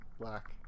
Black